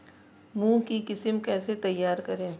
मूंग की किस्म कैसे तैयार करें?